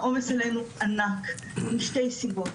העומס עלינו ענק משתי סיבות,